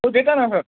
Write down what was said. हो देता ना सर